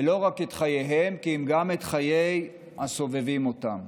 ולא רק את חייהם כי אם גם את חיי הסובבים אותם.